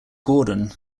gordon